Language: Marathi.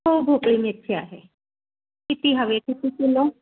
हो भोपळी मिरची आहे किती हवी किती किलो